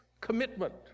commitment